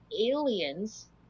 aliens